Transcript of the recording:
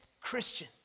Christian